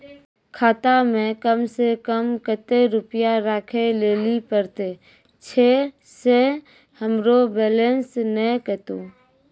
खाता मे कम सें कम कत्ते रुपैया राखै लेली परतै, छै सें हमरो बैलेंस नैन कतो?